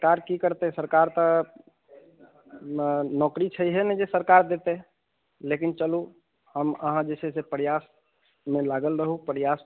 सरकार की करतै सरकार सरकार तऽ नौकरी छैहे नहि जे सरकार देतै लेकिन चलू हम अहाँ जे छै से प्रयासमे लागल रहू प्रयास